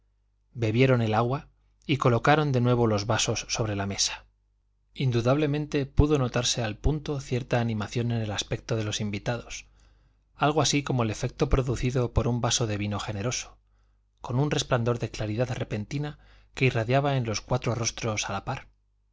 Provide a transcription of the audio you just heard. bebieron el agua y colocaron de nuevo los vasos sobre la mesa indudablemente pudo notarse al punto cierta animación en el aspecto de los invitados algo así como el efecto producido por un vaso de vino generoso con un resplandor de claridad repentina que irradiaba en los cuatro rostros a la par